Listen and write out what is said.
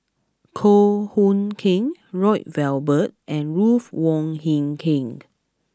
Goh Hood Keng Lloyd Valberg and Ruth Wong Hie King